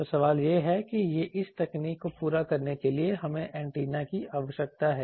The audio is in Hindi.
तो सवाल यह है कि इस तकनीक को पूरा करने के लिए हमें एंटेना की आवश्यकता है